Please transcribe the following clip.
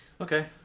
Okay